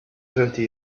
thirty